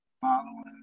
following